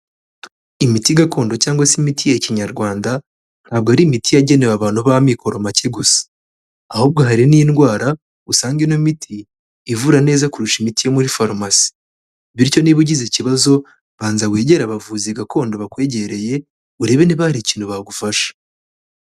Imiti gakondo cyangwa se imiti ya Kinyarwanda ntabwo ari imiti yagenewe abantu b'amikoro make gusa, ahubwo hari n'indwara usanga ino miti ivura neza kurusha imiti yo muri farumasi, bityo niba ugize ikibazo banza wegere abavuzi gakondo bakwegereye, urebe niba hari ikintu bagufasha.